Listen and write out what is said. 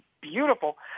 beautiful